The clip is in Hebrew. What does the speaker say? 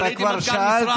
אבל הייתי מנכ"ל משרד,